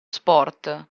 sport